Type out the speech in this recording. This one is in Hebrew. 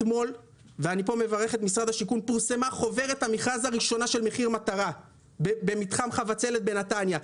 אתמול פורסמה חוברת המכרז הראשונה של מחיר מטרה במתחם חבצלת בנתניה,